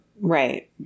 Right